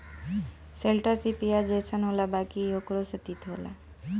शैलटस इ पियाज जइसन होला बाकि इ ओकरो से तीत होला